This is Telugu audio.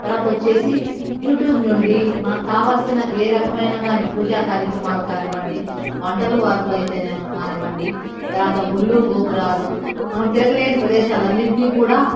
తరువాత వచ్చేసి యూట్యూబ్ నుండి మనకు కావలసిన ఏ రకమైన కానీ పూజా కార్యక్రమాలు కానివ్వండి వంటలు వార్పులు అయితే కానివ్వండి తరువాత గుళ్ళు గోపురాలు మనం తిరగలేని ప్రదేశాలన్నింటినీ కూడా